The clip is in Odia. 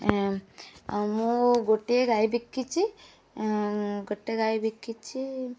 ଏ ଆଉ ମୁଁ ଗୋଟିଏ ଗାଈ ବିକିଛି ଗୋଟେ ଗାଈ ବିକିଛି